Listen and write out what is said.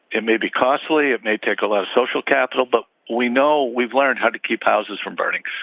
it may be costly it may take a lot of social capital but we know we've learned how to keep houses from burning.